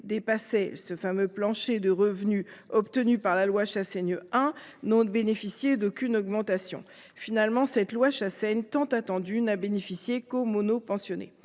dépassaient le fameux plancher de revenus obtenu par la loi Chassaigne 1 n’ont bénéficié d’aucune augmentation. Finalement, cette loi, tant attendue, n’a bénéficié qu’aux monopensionnés.